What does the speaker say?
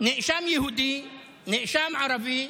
לנאשם יהודי ולנאשם ערבי,